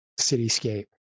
cityscape